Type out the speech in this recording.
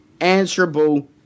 answerable